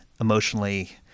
emotionally